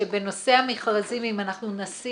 שבנושא המכרזים אם אנחנו נשים